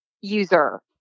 user